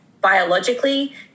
biologically